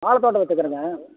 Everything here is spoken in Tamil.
வாழைத்தோட்டம் வச்சுருக்குறேங்க